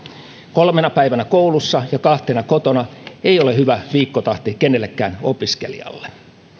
kolmena päivänä koulussa ja kahtena kotona ei ole hyvä viikkotahti kenellekään opiskelijalle